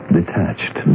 detached